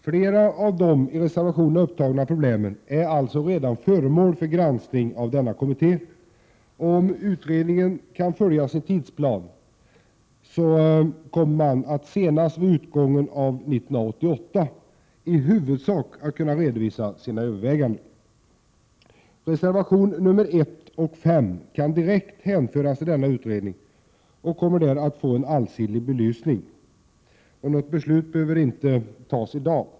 Flera av de i reservationerna upptagna problemen är alltså redan föremål för granskning av denna kommitté. Om utredningen kan följa sin tidsplan, kommer man att senast vid utgången av 1988 i huvudsak kunna redovisa sina överväganden. Reservationerna 1 och 5 kan direkt hänföras till denna utredning och kommer där att få en allsidig belysning. Något beslut behöver inte tas i dag.